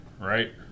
Right